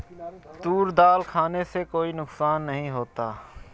तूर दाल खाने से कोई नुकसान नहीं होता